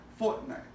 Fortnite